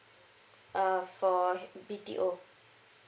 uh for B_T_O